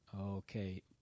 Okay